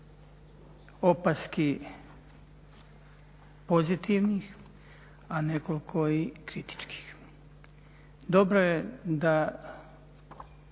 opaski pozitivnih, a nekoliko i kritičkih. Dobro je da